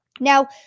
Now